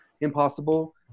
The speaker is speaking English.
impossible